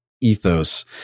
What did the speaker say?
ethos